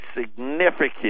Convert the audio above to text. significant